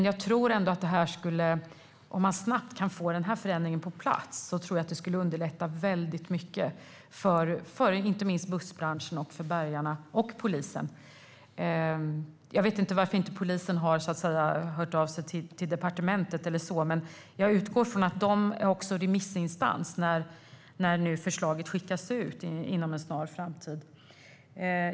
Jag tror att om man snabbt får denna förändring på plats skulle det underlätta mycket för inte minst bussbranschen, bärgarna och polisen. Jag vet inte varför inte polisen har hört av sig till departementet eller så, men jag utgår från att också polisen är remissinstans när nu förslaget skickas ut inom en snar framtid.